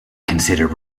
considered